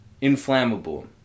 inflammable